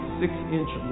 six-inch